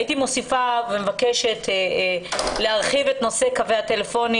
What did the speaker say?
הייתי מוסיפה ומבקשת להרחיב את נושא קווי הטלפונים